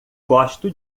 gosto